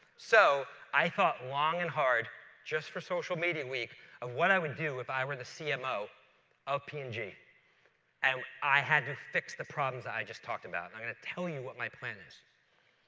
so i thought long and hard just for social media week of what i would do if i were the cmo of p and g and i had to fix the problems that i just talked about. i'm going to tell you what my plan is.